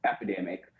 epidemic